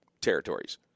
territories